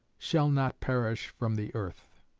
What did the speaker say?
shall not perish from the earth.